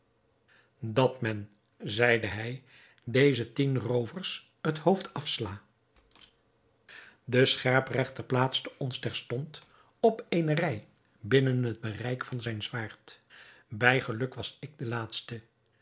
dat men zeide hij deze tien roovers het hoofd afsla de scherpregter plaatste ons terstond op eene rij binnen het bereik van zijn zwaard bij geluk was ik de laatste